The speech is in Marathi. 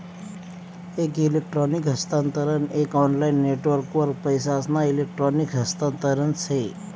एक इलेक्ट्रॉनिक हस्तांतरण एक ऑनलाईन नेटवर्कवर पैसासना इलेक्ट्रॉनिक हस्तांतरण से